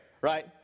right